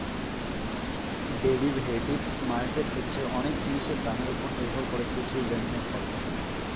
derivative market হচ্ছে অনেক জিনিসের দামের ওপর নির্ভর করে কিছু লেনদেন করা